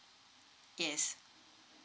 yes